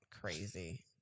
crazy